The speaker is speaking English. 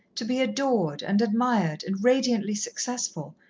to be adored and admired and radiantly successful,